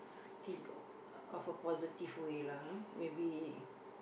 think of a positive way lah maybe